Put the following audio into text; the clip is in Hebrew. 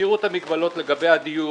תסירו את המגבלות לגבי הדיור,